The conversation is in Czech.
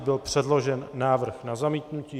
Byl předložen návrh na zamítnutí.